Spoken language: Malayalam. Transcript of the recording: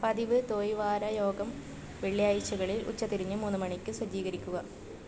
പതിവ് ദ്വൈവാര യോഗം വെള്ളിയാഴ്ചകളിൽ ഉച്ചതിരിഞ്ഞ് മൂന്ന് മണിക്ക് സജ്ജീകരിക്കുക